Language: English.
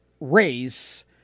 race